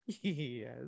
Yes